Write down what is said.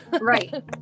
Right